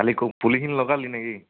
কালি ক পুলিখিনি লগালি নে কি